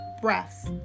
breaths